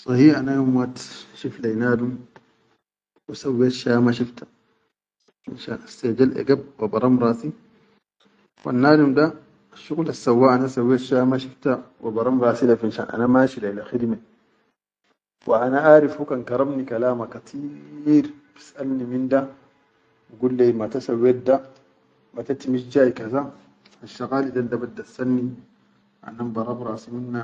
Sahi ana yom wahid shif le yi nadum sawwet ma shifta lenshan assaʼedal wa baram rasi wa nadum da shuqulal sawwa sha ana ma shifta yom baram rasi mashi le khidime wa ana arif kan hu karab ni lkalam kateer, bisʼalni min da, bi ul leyi mata sawwet da, mata timish jay kaza, asshaqalil da bas dassani ana baram rasi mina.